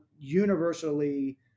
universally